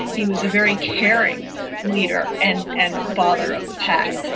he was a very caring leader and and father of the pack.